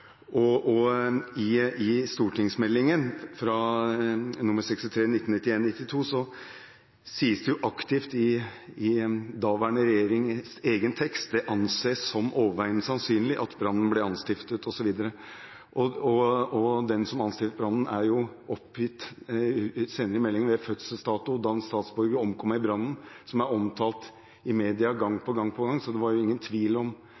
I St.meld. nr. 63 for 1991–1992 sies det jo aktivt i den daværende regjerings egen tekst: «Det regnes som overveiende sannsynlig at brannene ble anstiftet» osv. Og den som skal ha anstiftet brannen, er oppgitt senere i meldingen med fødselsdato, «dansk statsborger., f. 030852. . omkom i brannen», som er omtalt i media gang på gang på gang, så det var ingen tvil om